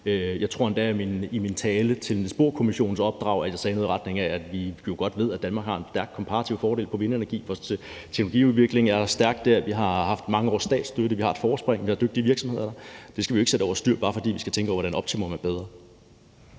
Jeg tror endda, at jeg i min tale om opdraget til en Niels Bohr-kommission sagde noget i retning af, at vi jo godt ved, at Danmark har en stærk komparativ fordel på vindenergi, og at vores teknologiudvikling er stærk dér. Vi har haft mange års statsstøtte; vi har et forspring; vi har dygtige virksomheder. Det skal vi jo ikke sætte over styr, bare fordi vi skal tænke over, hvordan optimum bliver bedre.